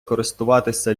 користуватися